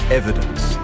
evidence